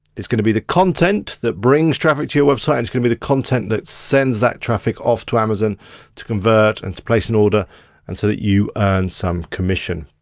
it's gonna be the content that brings traffic to your website, it's gonna be the content that sends that traffic off to amazon to converge and to place an order and so that you earn some commission.